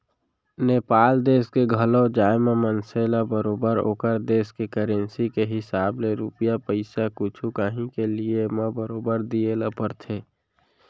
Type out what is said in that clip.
नेपाल देस के घलौ जाए म मनसे ल बरोबर ओकर देस के करेंसी के हिसाब ले रूपिया पइसा कुछु कॉंही के लिये म बरोबर दिये ल परथे